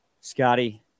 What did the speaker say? Scotty